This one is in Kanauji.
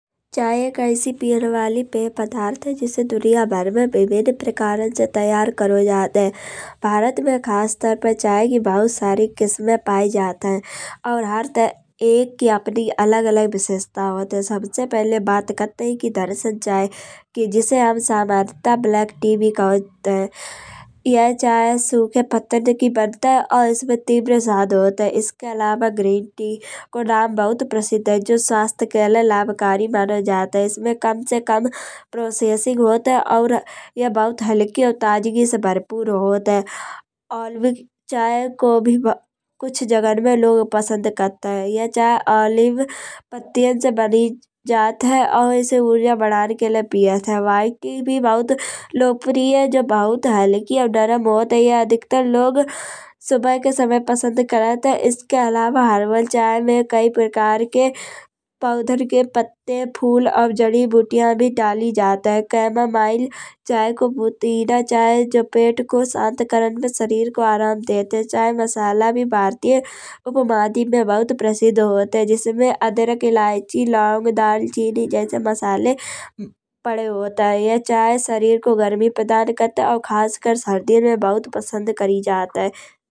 चाय एक ऐसी पियन वाली पेय पदार्थ है। जिसे दुनिया भर में विभिन्न प्रकार से तैयार करो जात है। भारत में खास तौर पर चाय की बहुत सारी किस्मे पायी जात है। और हर एक की अपनी अलग अलग विशेषता होत है। सबसे पहिले बात करत है ही। किधर से चाय जिसे हम सामान्यता ब्लैक टी भी कहुत है। यह चाय सूखे पत्तन की बनत है और इसमें तीव्रा जादा होत है। इसके अलावा ग्रीन टी को नाम बहुत प्रसिद्ध है। जो स्वास्थ्य के लाये लाभकारी मानो जात है। इसमें कम से कम प्रोसेसिंग होत है। और यह बहुत हल्की और ताजगी से भरपूर होत है। और ऑलिव चाय को भी कुछ जगहन में लोग पसंद करत है। यह चाय ऑलिव पत्तियां से बनि जात है। और इसे ऊर्जा बढाने के लाये पियांत है। व्हाइट टी भी बहुत लोकप्रिय जो बहुत हल्की और नरम होत है। यह अधिकतर लोग सुबह के समय पसंद करत है। इसके अलावा हर्बल चाय में कई प्रकार के पौधन के पत्ते फूल और जड़ी बूटिया भी डाली जात है। कैमोमाइल चाय को पुदीना चाय जो पेट को शांत करान में शरीर को आराम देत है। चाय मसाला ही भारतीय उपमहाद्वीप में बहुत प्रसिद्ध होत है। जिसमें अदरक इलायची लौंग दालचीनी जैसे मसाले पड़े होत है। यह चाय शरीर को गरमि प्रदान करत है और खासकर सर्दियन में बहुत पसंद करी जात है।